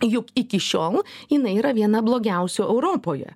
juk iki šiol jinai yra viena blogiausių europoje